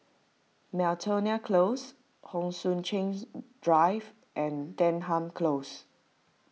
Miltonia Close Hon Sui Drive and Denham Close